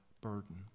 burden